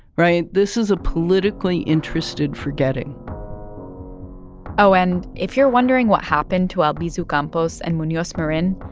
right? this is a politically interested forgetting oh, and if you're wondering what happened to albizu campos and munoz marin,